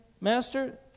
Master